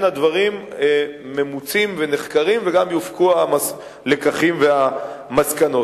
הדברים ממוצים ונחקרים וגם יופקו הלקחים והמסקנות.